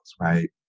right